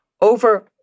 over